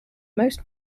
most